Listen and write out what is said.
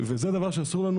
וזה דבר שאסור לנו,